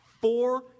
four